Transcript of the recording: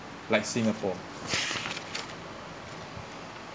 like singapore